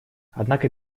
однако